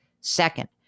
Second